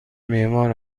معمار